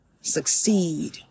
succeed